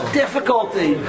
difficulty